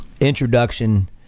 introduction